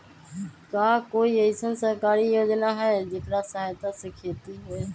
का कोई अईसन सरकारी योजना है जेकरा सहायता से खेती होय?